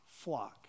flock